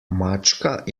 mačka